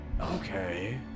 okay